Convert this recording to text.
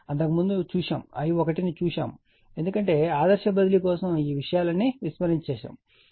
అంతకుముందు నేను I1 ని చూశాము ఎందుకంటే ఆదర్శ బదిలీ కోసం ఈ విషయాలన్నీ విస్మరించబడ్డాయి